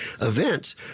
events